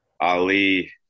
Ali